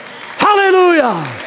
Hallelujah